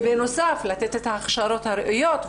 בנוסף לתת את ההכשרות הראויות,